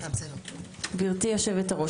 גברתי היושבת-ראש,